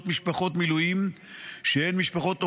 של משפחות מילואים שהן משפחות אומנה.